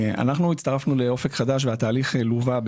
אנחנו הצטרפנו לאופק חדש והתהליך מורכב.